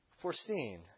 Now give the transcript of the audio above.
foreseen